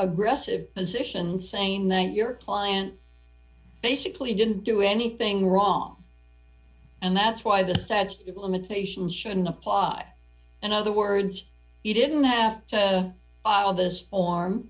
aggressive position saying that your client basically didn't do anything wrong and that's why the statute of limitations should not apply in other words you didn't have all those form